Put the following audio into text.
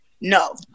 no